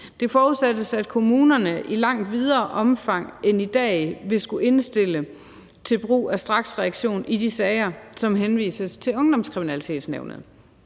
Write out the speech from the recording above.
Det forudsættes, at kommunerne i langt videre omfang end i dag vil skulle indstille til brug af straksreaktion i de sager, som henvises til Ungdomskriminalitetsnævnet.«